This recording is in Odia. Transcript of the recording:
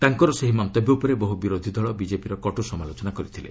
ତାଙ୍କର ସେହି ମନ୍ତବ୍ୟ ଉପରେ ବହୁ ବିରୋଧୀ ଦଳ ବିକେପିର କଟୁ ସମାଲୋଚନା କରିଥିଲେ